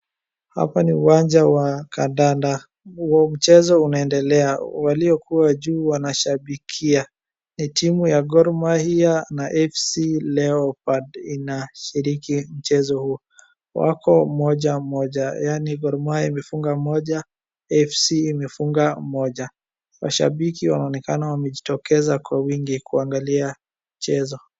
Hapa ni uwanja wa kandanda mchezo unaendelea waliokuwa juu wanashabikia ni timu ya Gor Mahia na Afc Leorpads inashiriki mchezo huo. Wako moja moja yaani Gor Mahia imefunga moja na Afc imefunga moja. Mashabiki wanaonekana wamejitokeza kwa wingi kuangalia mchezo.